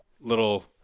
little